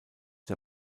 der